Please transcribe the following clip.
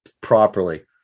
properly